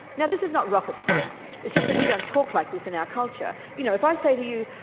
now this is not rocket science, it's just that we don't talk like this in our culture. you know if i say to you,